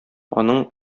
аның